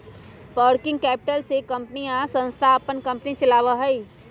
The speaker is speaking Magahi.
वर्किंग कैपिटल से कंपनी या संस्था अपन कंपनी चलावा हई